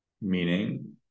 Meaning